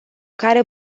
care